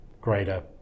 greater